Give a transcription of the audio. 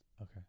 Okay